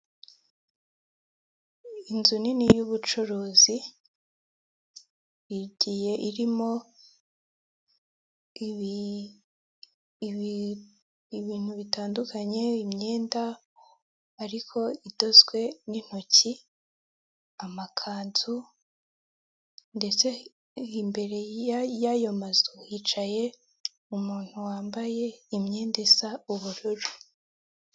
Kizimyamwoto, iyingiyi ishobora kugufasha mu gihe mu nyubako habaye inkongi y'umuriro, kubera yuko iba iri hafi, ushobora guhita uyifashisha, ugakumira iyo nkongi y'umuriro itaraba nini.